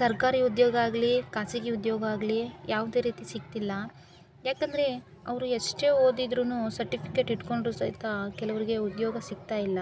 ಸರ್ಕಾರಿ ಉದ್ಯೋಗ ಆಗಲಿ ಖಾಸಗಿ ಉದ್ಯೋಗ ಆಗಲಿ ಯಾವುದೇ ರೀತಿ ಸಿಕ್ತಿಲ್ಲ ಯಾಕಂದರೆ ಅವರು ಎಷ್ಟೇ ಓದಿದ್ದರೂನು ಸರ್ಟಿಫಿಕೇಟ್ ಇಟ್ಕೊಂಡರೂ ಸಹಿತ ಕೆಲವರಿಗೆ ಉದ್ಯೋಗ ಸಿಕ್ತಾ ಇಲ್ಲ